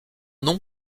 nom